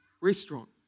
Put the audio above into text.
restaurant